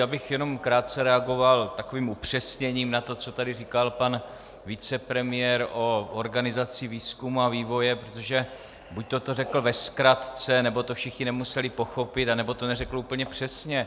Já bych jenom krátce reagoval takovým upřesněním na to, co tady říkal pan vicepremiér o organizaci výzkumu a vývoje, protože buď to řekl ve zkratce, nebo to všichni nemuseli pochopit, anebo to neřekl úplně přesně.